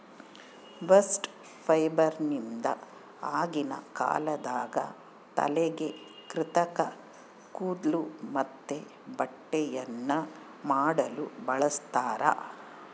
bast ಫೈಬರ್ನಿಂದ ಆಗಿನ ಕಾಲದಾಗ ತಲೆಗೆ ಕೃತಕ ಕೂದ್ಲು ಮತ್ತೆ ಬಟ್ಟೆಯನ್ನ ಮಾಡಲು ಬಳಸ್ತಾರ